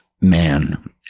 Man